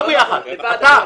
ביחד איתכם.